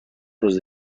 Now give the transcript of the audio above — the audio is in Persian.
روز